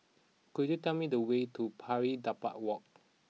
could you tell me the way to Pari Dedap Walk